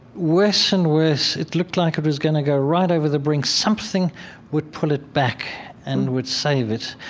worse and worse, it looked like it was going to go right over the brink, something would pull it back and would save it.